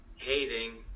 hating